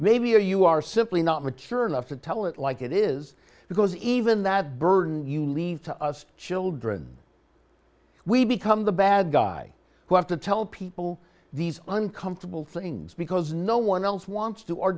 maybe or you are simply not mature enough to tell it like it is because even that burden you leave to us children we become the bad guy who have to tell people these uncomfortable things because no one else wants to